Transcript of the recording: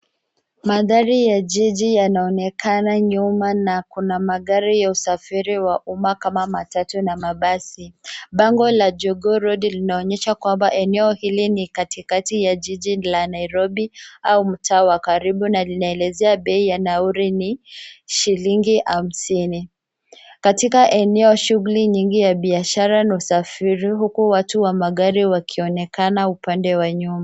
Mandhari ya jiji yanaonekana nyuma na kuna magari ya usafiri wa umma kama matatu na mabasi. Bango la Jogoo Road linaonyesha kwamba eneo hili ni katikati ya jiji la Nairobi au mtaa wa karibu na linaelezea bei ya nauli ni shilingi hamsini. Katika eneo shughuli nyingi ya biashara na usafiri huku watu wa magari wakionekana upande wa nyuma.